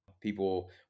People